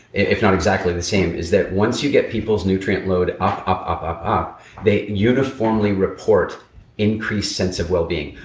if not exactly the same is that once you get peoples nutrient load up, up, up, up up they uniformly report increased sense of well-being.